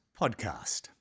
podcast